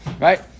Right